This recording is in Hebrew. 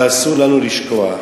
ואסור לנו לשכוח,